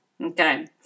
Okay